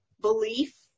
belief